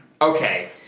Okay